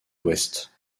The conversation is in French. est